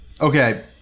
Okay